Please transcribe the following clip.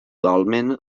dolmen